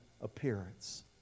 appearance